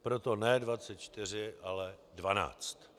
Proto ne 24, ale 12.